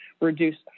reduce